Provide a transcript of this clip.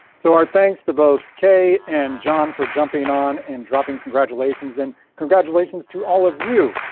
so our thanks to both kaye and john for jumping on and dropping congratulations and congratulations to all of you,